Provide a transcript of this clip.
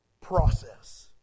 process